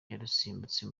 yarusimbutse